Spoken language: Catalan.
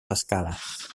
escales